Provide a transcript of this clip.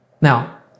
Now